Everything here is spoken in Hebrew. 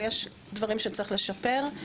אבל יש דברים שצריך לשפר.